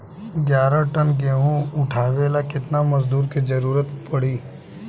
ग्यारह टन गेहूं उठावेला केतना मजदूर के जरुरत पूरी?